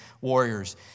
warriors